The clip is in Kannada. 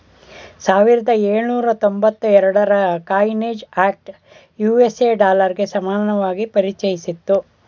ಸಾವಿರದ ಎಳುನೂರ ತೊಂಬತ್ತ ಎರಡುರ ಕಾಯಿನೇಜ್ ಆಕ್ಟ್ ಯು.ಎಸ್.ಎ ಡಾಲರ್ಗೆ ಸಮಾನವಾಗಿ ಪರಿಚಯಿಸಿತ್ತು